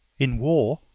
in war,